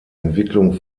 entwicklung